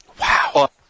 Wow